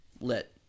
lit